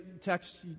text